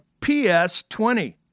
PS20